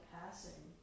passing